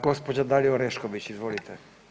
Gospođa Dalija Orešković, izvolite.